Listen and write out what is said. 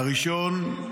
הראשון,